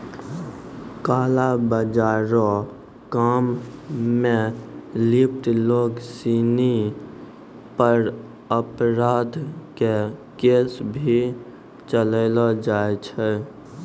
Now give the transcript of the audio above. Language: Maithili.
काला बाजार रो काम मे लिप्त लोग सिनी पर अपराध के केस भी चलैलो जाय छै